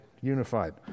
unified